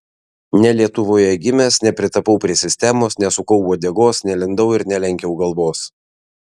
ne lietuvoje gimęs nepritapau prie sistemos nesukau uodegos nelindau ir nelenkiau galvos